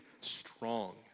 strong